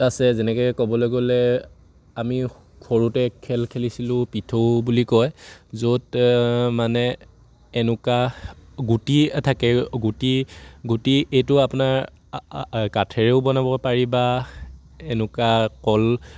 আছে যেনেকে ক'বলৈ গ'লে আমি সৰুতে খেল খেলিছিলোঁ পিঠৌ বুলি কয় য'ত মানে এনেকুৱা গুটি থাকে গুটি গুটি এইটো আপোনাৰ আ আ কাঠেৰেও বনাব পাৰি বা এনেকুৱা কল